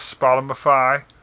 spotify